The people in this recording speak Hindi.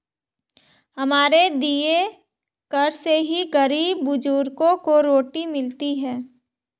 हमारे दिए कर से ही गरीब बुजुर्गों को रोटी मिलती है